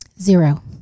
Zero